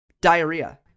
diarrhea